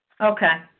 Okay